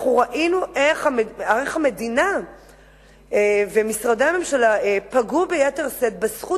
ראינו איך המדינה ומשרדי הממשלה פגעו ביתר שאת בזכות